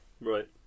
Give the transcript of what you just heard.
Right